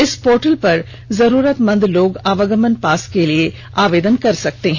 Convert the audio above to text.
इस पोर्टल पर जरुरतमंद लोग आवागमन पास के लिए आवेदन कर सकते हैं